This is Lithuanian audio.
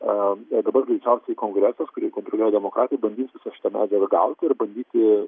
dabar greičiausiai kongresas kurį kontroliuoja demokratai bandys visą šitą medžiagą gauti ir bandyti